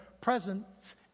presence